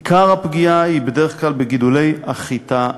עיקר הפגיעה היא בדרך כלל בגידולי החיטה בדרום.